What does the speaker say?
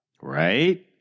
Right